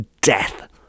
death